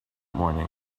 morning